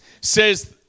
says